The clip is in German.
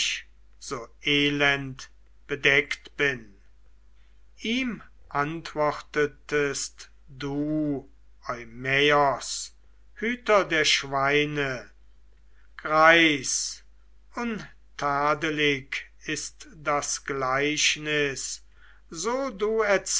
so elend bedeckt bin ihm antwortetest du eumaios hüter der schweine greis untadelig ist das gleichnis so du